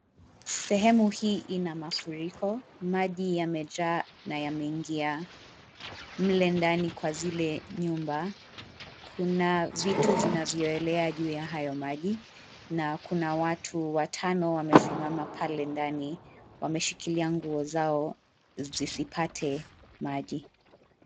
Sehemu hii ina mafuriko. Maji yamejaa na yameingia mle ndani kwa zile nyumba. Kuna vitu vinavyoelea juu ya hayo maji, na kuna watu watano wamesimama pale ndani, wameshikilia nguo zao zisipate maji.